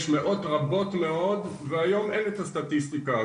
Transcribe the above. יש מאות רבות מאוד, והיום אין את הסטטיסטיקה.